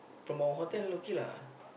from our hotel okay lah